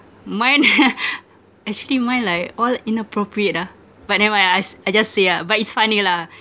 mine actually mine like all inappropriate ah but never mind ah I s~ I just say ah but it's funny lah